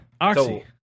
Oxy